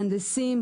מהנדסים.